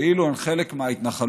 כאילו הם חלק מההתנחלויות,